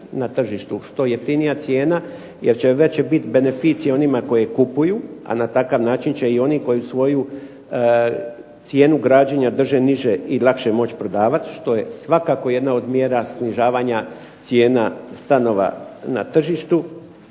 na tržištu, što jeftinija cijena jer će biti veće beneficije onima koji kupuju, a na takav način će i oni koji svoju cijenu građenja drže niže i lakše moći prodavati, što je svakako jedan od mjera snižavanja cijena stanova na tržištu.